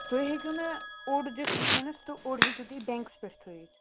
تُہۍ ہیٚکِو مےٚ اوٚڑ دِتھ وٕنۍکٮ۪نَس تہٕ اوٚڑ ہیٚکِو تُہۍ بٮ۪نٛکس پٮ۪ٹھ تھٲیِتھ